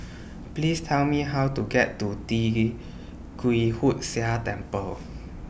Please Tell Me How to get to Tee Kwee Hood Sia Temple